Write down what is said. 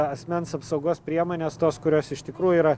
asmens apsaugos priemones tos kurios iš tikrųjų yra